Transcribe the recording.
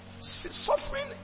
suffering